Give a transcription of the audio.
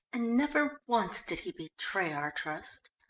and never once did he betray our trust.